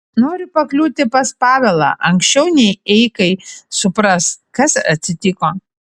noriu pakliūti pas pavelą anksčiau nei eikai supras kas atsitiko